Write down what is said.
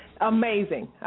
Amazing